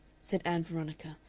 said ann veronica,